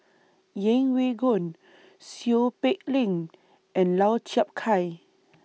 Yeng Pway Ngon Seow Peck Leng and Lau Chiap Khai